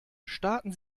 starten